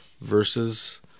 versus